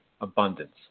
abundance